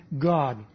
God